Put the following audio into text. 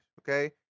okay